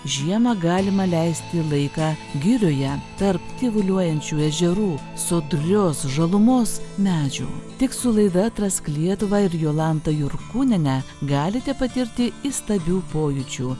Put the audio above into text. žiemą galima leisti laiką girioje tarp tyvuliuojančių ežerų sodrios žalumos medžių tik su laida atrask lietuvą ir jolanta jurkūniene galite patirti įstabių pojūčių